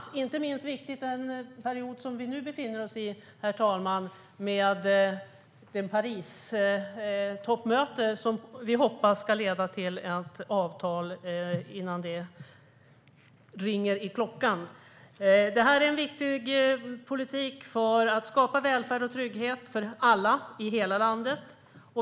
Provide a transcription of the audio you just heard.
Det är inte minst viktigt i den period som vi nu befinner oss i, herr talman, med Paristoppmötet som vi hoppas ska leda till ett avtal innan det ringer i klockan. Detta är en viktig politik för att skapa välfärd och trygghet för alla i hela landet.